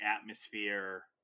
atmosphere